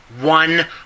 one